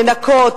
מנקות,